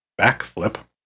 backflip